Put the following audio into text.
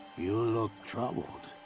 you look troubled.